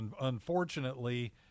unfortunately